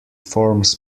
forms